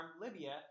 Libya